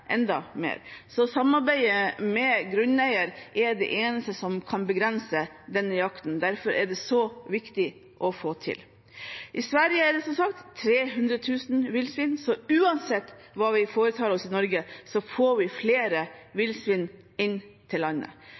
enda mer. Samarbeidet med grunneierne er det eneste som kan begrense denne jakten, derfor er det så viktig å få til. I Sverige er det som sagt 300 000 villsvin, så uansett hva vi foretar oss i Norge, får vi flere villsvin inn til landet.